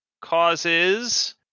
causes